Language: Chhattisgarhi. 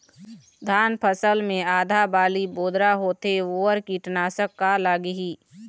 धान फसल मे आधा बाली बोदरा होथे वोकर कीटनाशक का लागिही?